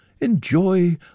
enjoy